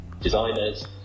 designers